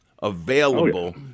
available